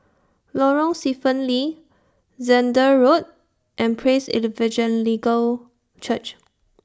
Lorong Stephen Lee Zehnder Road and Praise Evangelical Church